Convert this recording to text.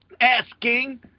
Asking